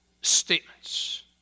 statements